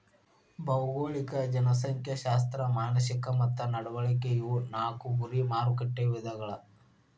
ಭೌಗೋಳಿಕ ಜನಸಂಖ್ಯಾಶಾಸ್ತ್ರ ಮಾನಸಿಕ ಮತ್ತ ನಡವಳಿಕೆ ಇವು ನಾಕು ಗುರಿ ಮಾರಕಟ್ಟೆ ವಿಧಗಳ